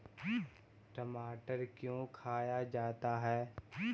टमाटर क्यों खाया जाता है?